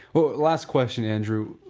well, last question andrew,